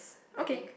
okay